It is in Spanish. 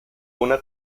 una